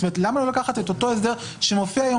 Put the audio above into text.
למה לא לקחת את אותו הסדר שמופיע היום